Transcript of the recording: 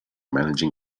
managing